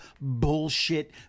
bullshit